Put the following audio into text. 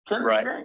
Right